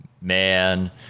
man